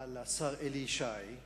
על השר אלי ישי.